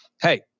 hey